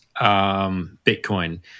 Bitcoin